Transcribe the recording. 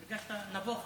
הרגשת נבוך קצת?